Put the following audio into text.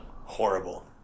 horrible